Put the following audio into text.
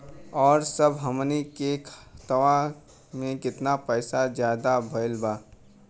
और अब हमनी के खतावा में कितना पैसा ज्यादा भईल बा?